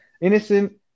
Innocent